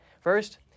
First